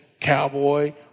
cowboy